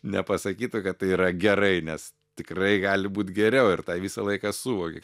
nepasakytų kad tai yra gerai nes tikrai gali būt geriau ir tą visą laiką suvoki